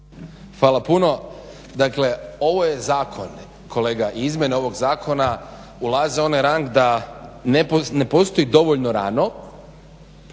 Fala puno. Dakle, ovo je zakon kolega i izmjene ovog zakona ulaze u onaj rang da ne postoji dovoljno rano,